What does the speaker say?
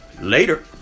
Later